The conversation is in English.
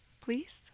please